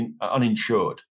uninsured